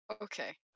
Okay